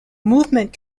movement